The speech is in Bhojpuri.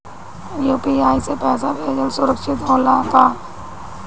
यू.पी.आई से पैसा भेजल सुरक्षित होला का?